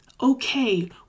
okay